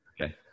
Okay